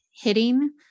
hitting